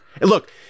Look